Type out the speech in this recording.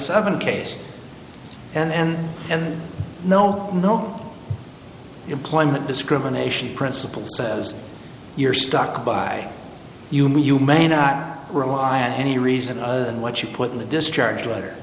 seven case and then and no no employment discrimination principle says you're stuck by you mean you may not rely on any reason other than what you put in the discharge whether